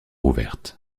ouverte